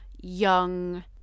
young